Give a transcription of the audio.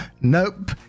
nope